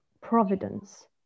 providence